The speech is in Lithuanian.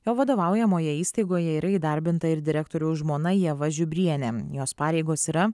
jo vadovaujamoje įstaigoje yra įdarbinta ir direktoriaus žmona ieva žiubrienė jos pareigos yra